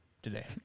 today